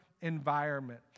environment